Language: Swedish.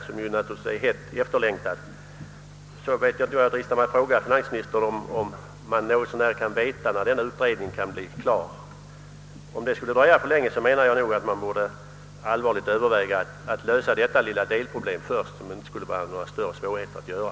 En sådan reform är naturligtvis mycket efterlängtad, och jag dristar mig att fråga finansministern, huruvida han har någon uppfattning om när denna utredning kan bli färdig med sitt arbete. Skulle det dröja alltför länge tycker jag nog att man borde allvarligt överväga att lösa detta lilla delproblem först, vilket det inte borde vara alltför svårt att göra.